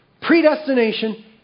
Predestination